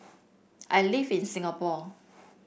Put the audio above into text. I live in Singapore